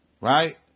right